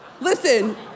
Listen